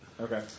Okay